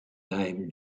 name